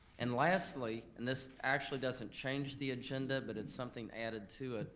and, lastly, and this actually doesn't change the agenda but it's something added to it.